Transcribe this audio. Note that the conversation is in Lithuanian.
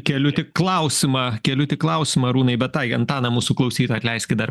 keliu tik klausimą keliu tik klausimą arūnai bet ai antaną mūsų klausytoją atleiskit dar